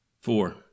four